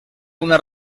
una